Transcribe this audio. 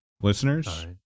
Listeners